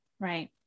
right